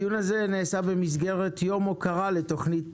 הדיון הזה נעשה במסגרת יום הוקרה לתוכנית